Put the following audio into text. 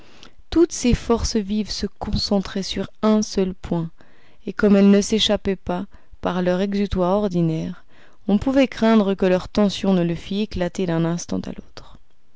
toutes ses forces vives se concentraient sur un seul point et comme elles ne s'échappaient pas par leur exutoire ordinaire on pouvait craindre que leur tension ne le fît éclater d'un instant à l'autre